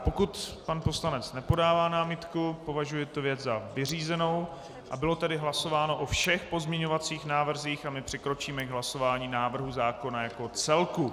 Pokud pan poslanec nepodává námitku, považuji tuto věc za vyřízenou, a bylo tedy hlasováno o všech pozměňovacích návrzích a my přikročíme k hlasování o návrhu zákona jako celku.